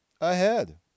ahead